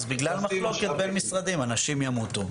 אז בגלל מחלוקת בין משרדים אנשים ימותו.